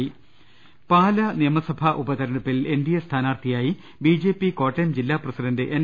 ൃ പാലാ നിയമ സഭാ ഉപ തെരഞ്ഞ ടു പ്പിൽ എൻ ഡി എ സ്ഥാനാർത്ഥിയായി ബിജെപി കോട്ടയം ജില്ലാ പ്രസിഡന്റ് എൻ